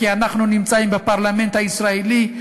כי אנחנו נמצאים בפרלמנט הישראלי,